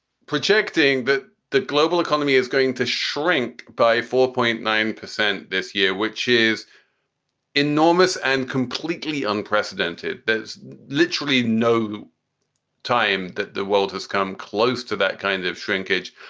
projecting that the global economy is going to shrink by four point nine percent this year, which is enormous and completely unprecedented. there's literally no time that the world has come close to that kind of shrinkage.